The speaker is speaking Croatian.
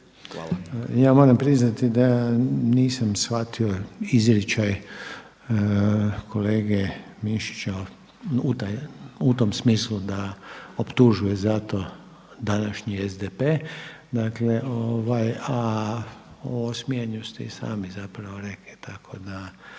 Ja moram priznati da nisam shvatio izričaj kolege Mišića u tom smislu da optužuje zato današnji SDP, a o smijanju ste sami rekli tako da